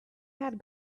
had